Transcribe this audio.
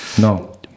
No